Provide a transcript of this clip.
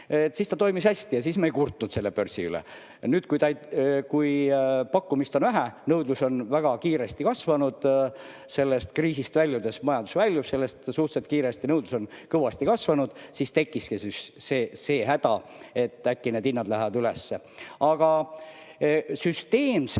siis ta toimis hästi ja siis me ei kurtnud börsi üle. Ja nüüd, kui pakkumist on vähe, nõudlus on väga kiiresti kasvanud sellest kriisist väljudes, majandus väljub sellest suhteliselt kiiresti, siis ongi tekkinud see häda, et äkki need hinnad lähevad üles. Aga süsteemsem